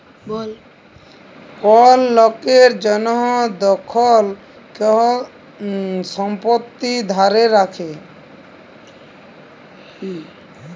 call লকের জনহ যখল কেহু সম্পত্তি ধ্যরে রাখে